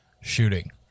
shooting